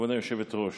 כבוד היושבת-ראש,